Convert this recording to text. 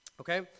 Okay